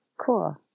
cool